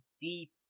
deep